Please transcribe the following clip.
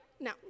no